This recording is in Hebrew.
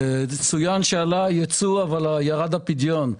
צוין שעלה הייצוא אבל ירד הפדיון.